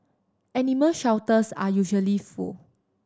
animal shelters are usually full